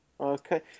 Okay